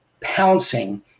pouncing